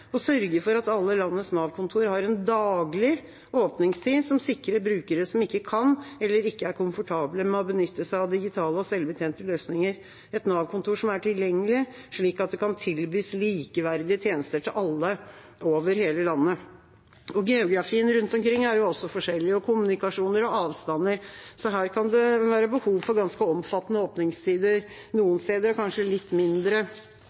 sørge for at alle landets Nav-kontor har en daglig åpningstid som sikrer brukere som ikke kan eller ikke er komfortable med å benytte seg av digitale og selvbetjente løsninger, et Nav-kontor som er tilgjengelig, slik at det kan tilbys likeverdige tjenester til alle over hele landet.» Geografi, kommunikasjoner og avstander rundt omkring er jo også forskjellig, så her kan det være behov for ganske omfattende åpningstider noen steder og kanskje litt mindre